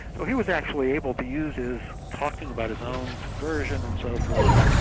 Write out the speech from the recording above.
so he was actually able to use his talking about his own conversion and so forth,